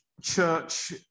church